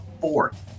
fourth